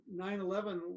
9-11